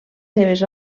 seves